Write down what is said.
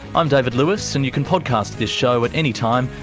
i'm david lewis. and you can podcast this show at any time,